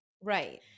right